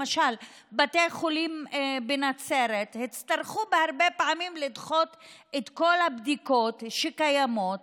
למשל בתי חולים בנצרת הצטרכו הרבה פעמים לדחות את כל הבדיקות שקיימות